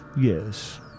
Yes